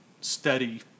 steady